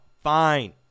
fine